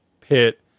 pit